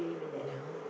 and no